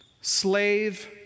slave